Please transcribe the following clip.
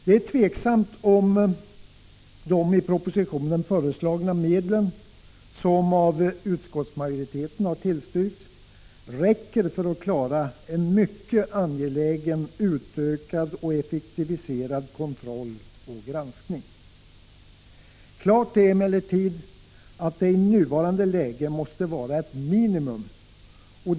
Det är tveksamt om de i propositionen föreslagna medlen — utskottsmajoriteten har tillstyrkt propositionens förslag — är tillräckliga för att man skall klara den mycket angelägna uppgiften att utöka och effektivisera kontrollen och granskningen. Klart är emellertid att man i nuvarande läge har ett minimum av resurser.